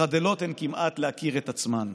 / חדלות הן כמעט להכיר את עצמן!